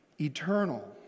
eternal